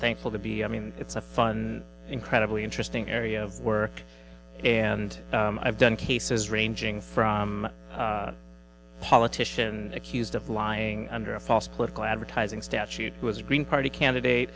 thankful to be i mean it's a fun incredibly interesting area of work and i've done cases ranging from politician accused of lying under a false political advertising statute was a green party candidate